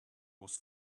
was